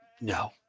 No